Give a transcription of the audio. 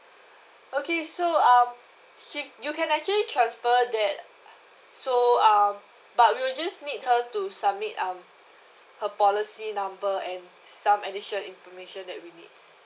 okay so um you can actually transfer that so uh but we'll just need her to submit um her policy number and some additional information that we need